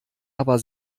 aber